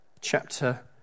chapter